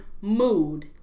mood